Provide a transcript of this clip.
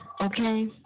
Okay